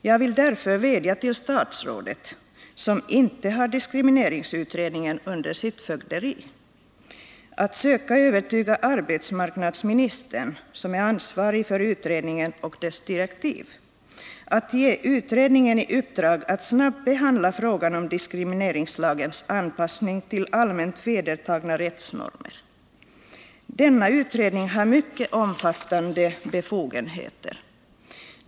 Jag vill därför vädja till statsrådet, som inte har rasdiskrimineringsutredningen under sitt fögderi, att söka förmå arbetsmarknadsministern, som är ansvarig för utredningen och dess direktiv, att ge utredningen i uppdrag att snabbt behandla frågan om rasdiskrimineringslagens anpassning till allmänt vedertagna rättsnormer. Denna utredning har mycket omfattande befogenheter.